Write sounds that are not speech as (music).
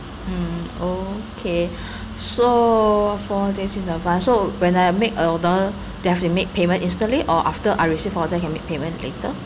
mm okay (breath) so four days in advance so when I make order then have to make payment instantly or after I receive order can make payment later